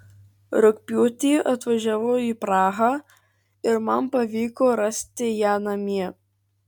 rugpjūtį atvažiavau į prahą ir man pavyko rasti ją namie